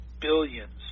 billions